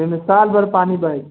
एहिमे साल भर पानी बहै छै